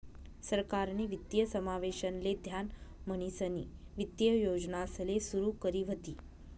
सरकारनी वित्तीय समावेशन ले ध्यान म्हणीसनी वित्तीय योजनासले सुरू करी व्हती